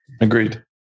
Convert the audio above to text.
Agreed